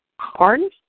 Pardon